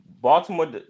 Baltimore